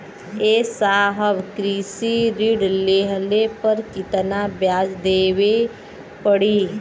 ए साहब कृषि ऋण लेहले पर कितना ब्याज देवे पणी?